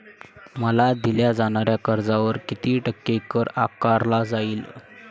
मला दिल्या जाणाऱ्या कर्जावर किती टक्के कर आकारला जाईल?